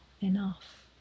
enough